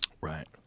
right